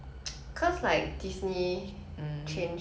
ya there's no more mushu and there's no more shang